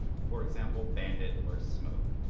for example, bandit or smoke?